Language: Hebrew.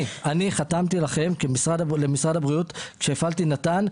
אני חתמתי למשרד הבריאות כשהפעלתי נט"ן,